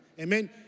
Amen